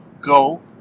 go